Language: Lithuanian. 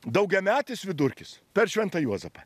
daugiametis vidurkis per šventą juozapą